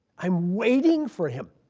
i'm waiting for him.